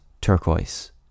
turquoise